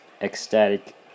ecstatic